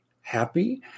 happy